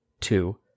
Two